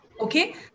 okay